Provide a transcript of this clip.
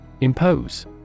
Impose